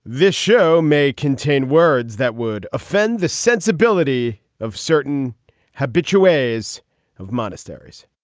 this show may contain words that would offend the sensibility of certain habitual ways of monasteries